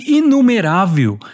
inumerável